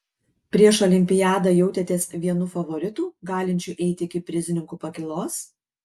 prieš olimpiadą jautėtės vienu favoritų galinčiu eiti iki prizininkų pakylos